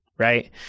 Right